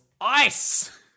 ICE